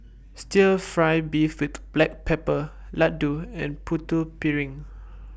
Stir Fry Beef with Black Pepper Laddu and Putu Piring